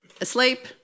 Asleep